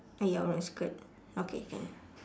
ah ya orange skirt okay can